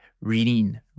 reading